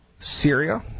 Syria